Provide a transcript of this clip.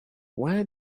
where